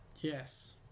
Yes